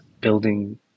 building